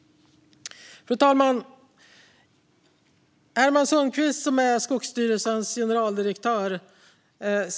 Fru talman! Herman Sundqvist är Skogsstyrelsens generaldirektör.